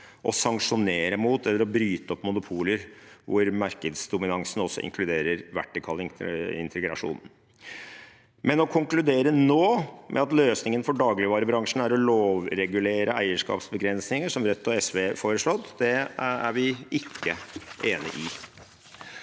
sanksjonere eller bryte opp monopoler eller markedsdominans gjennom vertikal integrasjon». Men å konkludere nå med at løsningen for dagligvarebransjen er å lovregulere eierskapsbegrensninger, som Rødt og SV foreslår, er vi ikke enig i.